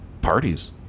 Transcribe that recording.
parties